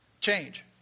change